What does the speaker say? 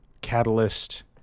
Catalyst